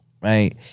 right